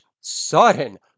sudden